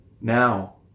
now